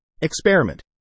Experiment